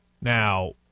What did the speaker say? Now